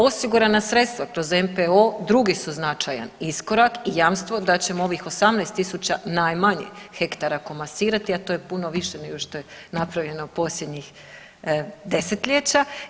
Osigurana sredstva kroz NPO drugi su značajan iskorak i jamstvo da ćemo ovih 18.000 najmanje hektara komasirati, a to je puno više nego što je napravljeno posljednjih desetljeća.